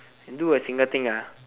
can do a single thing